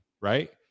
Right